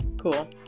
Cool